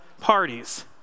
parties